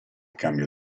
cambio